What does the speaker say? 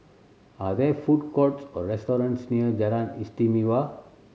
are there food courts or restaurants near Jalan Istimewa